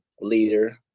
leader